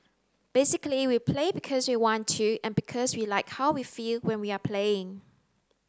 basically we play because we want to and because we like how we feel when we are playing